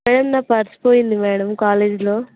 madam నా purse పోయింది madam కాలేజ్లో